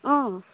অঁ